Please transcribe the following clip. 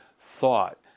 thought